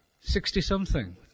Sixty-something